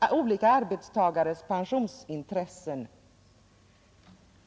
arbetstagares pensionsintressen.